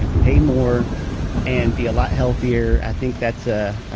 ah pay more and be a lot healthier, i think that's a